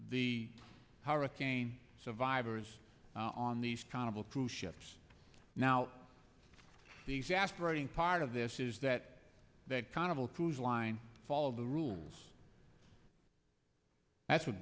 howrah cain survivors on these kind of a cruise ships now the exasperating part of this is that that kind of a cruise line follow the rules that's what